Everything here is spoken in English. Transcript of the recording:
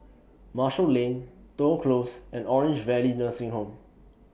Marshall Lane Toh Close and Orange Valley Nursing Home